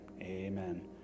amen